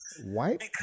white